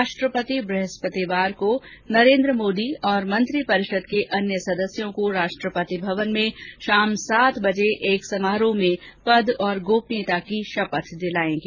राष्ट्रपति ब्रहस्पतिवार को नरेन्द्र मोदी और मंत्रिपरिषद के अन्य सदस्यों को राष्ट्रपति भवन में शाम सात बजे एक समारोह में पद और गोपनीयता की शपथ दिलाएंगे